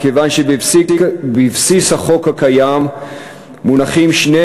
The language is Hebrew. מכיוון שבבסיס החוק הקיים מונחים שני